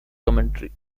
commentary